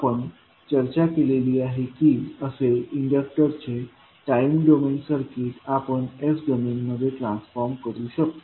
आपण चर्चा केलेली आहे की असे इंडक्टरचे टाईम डोमेन सर्किट आपण s डोमेनमध्ये ट्रान्सफॉर्म करू शकतो